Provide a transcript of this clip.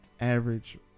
average